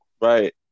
Right